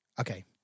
Okay